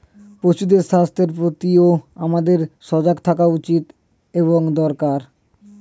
পশুদের স্বাস্থ্যের প্রতিও আমাদের সজাগ থাকা উচিত এবং দরকার